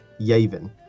Yavin